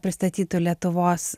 pristatytų lietuvos